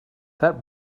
that